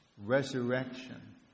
resurrection